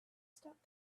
stop